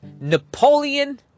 Napoleon